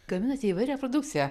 gaminate įvairią produkciją